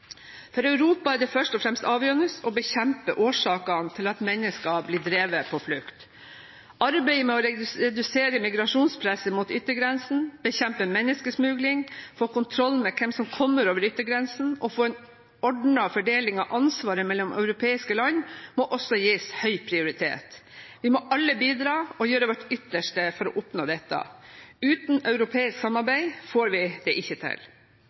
For Europa er det først og fremst avgjørende å bekjempe årsakene til at mennesker blir drevet på flukt. Arbeidet med å redusere migrasjonspresset mot yttergrensene, bekjempe menneskesmugling, få kontroll med hvem som kommer over yttergrensene og få en ordnet fordeling av ansvaret mellom europeiske land må også gis høy prioritet. Vi må alle bidra og gjøre vårt ytterste for å oppnå dette. Uten europeisk samarbeid får vi det ikke til.